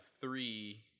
three